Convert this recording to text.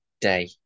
day